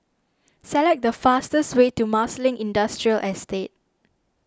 select the fastest way to Marsiling Industrial Estate